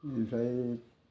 बेनिफ्राय